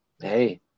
Hey